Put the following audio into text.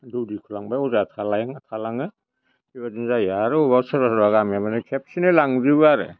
दौदिखौ लांबाय अजाया थालां थालाङो बेबादिनो जायो आरो अबावबा सोरबा सोरबा गामिया माने खेबसेनो लांजोबो आरो